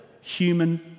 human